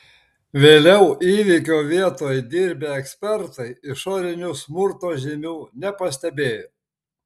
vėliau įvykio vietoj dirbę ekspertai išorinių smurto žymių nepastebėjo